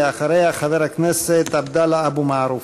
אחריה, חבר הכנסת עבדאללה אבו מערוף.